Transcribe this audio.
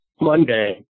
Monday